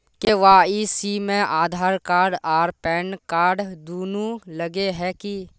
KYC में Aadhaar card आर PAN card दुनू लगे है की?